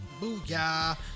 booyah